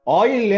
oil